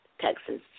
Texas